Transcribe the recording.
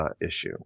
issue